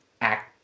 act